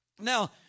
Now